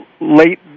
late